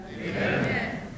amen